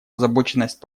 озабоченность